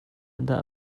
dah